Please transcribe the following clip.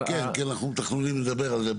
כן, כי אנחנו מתכננים לדבר על זה.